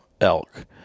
elk